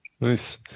Nice